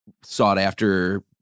sought-after